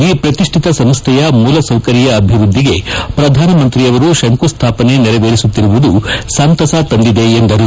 ಈ ಪ್ರತಿಷ್ಠಿತ ಸಂಸ್ಥೆಯ ಮೂಲಸೌಕರ್ಯ ಅಭಿವೃದ್ದಿಗೆ ಪ್ರಧಾನಮಂತ್ರಿಯವರು ಶಂಕುಸ್ಥಾಪನೆ ನೆರವೇರಿಸುತ್ತಿರುವುದು ಸಂತಸ ತಂದಿದೆ ಎಂದರು